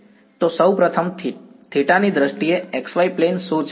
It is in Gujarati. તો સૌ પ્રથમ θ ની દ્રષ્ટિએ x y પ્લેન શું છે